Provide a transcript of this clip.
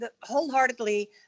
wholeheartedly